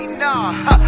nah